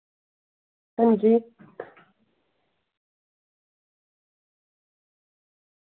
अंजी